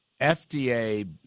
FDA